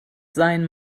sein